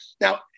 Now